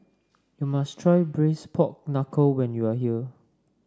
you must try Braised Pork Knuckle when you are here